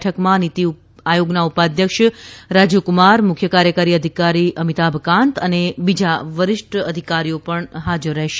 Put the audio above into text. બેઠકમાં નીતી આયોગના ઉપાધ્યક્ષ રાજીવકુમાર મુખ્ય કાર્યકારી અધિકારી અમિતાભ કાંત અને બીજા વરિષ્ઠ અધિકારીઓ પણ હાજર રહેશે